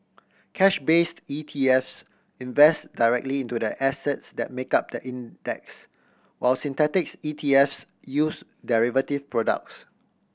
cash based ETFs invest directly into the assets that make up the index while synthetic ETFs use derivative products